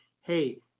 hey